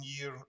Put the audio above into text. year